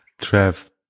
Trev